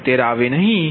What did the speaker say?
76 આવે નહીં